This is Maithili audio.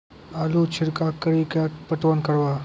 आलू छिरका कड़ी के पटवन करवा?